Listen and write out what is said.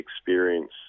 experience